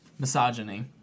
misogyny